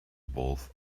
both